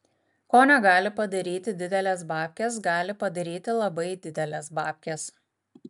ko negali padaryti didelės babkės gali padaryti labai didelės babkės